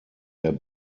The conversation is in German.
der